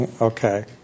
Okay